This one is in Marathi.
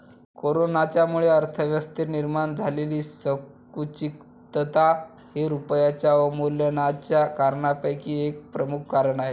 कोरोनाच्यामुळे अर्थव्यवस्थेत निर्माण झालेली संकुचितता हे रुपयाच्या अवमूल्यनाच्या कारणांपैकी एक प्रमुख कारण आहे